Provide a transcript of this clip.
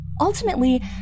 Ultimately